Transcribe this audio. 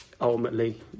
Ultimately